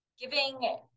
giving